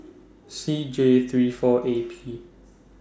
C J three four A P